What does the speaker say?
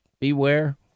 Beware